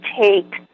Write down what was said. take